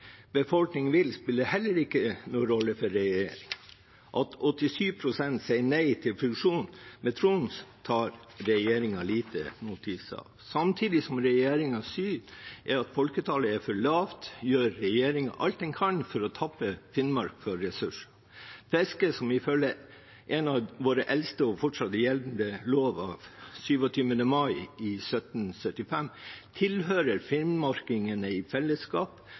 vil, spiller heller ingen rolle for regjeringen. At 87 pst. sier nei til fusjon med Troms, tar regjeringen ingen notis av. Samtidig som regjeringens syn er at folketallet er for lavt, gjør regjeringen alt den kan for å tappe Finnmark for ressurser. Fisket, som ifølge en av våre eldste og fortsatt gjeldende lover, lov av 27. mai 1775, tilhører finnmarkingene i fellesskap,